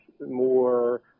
more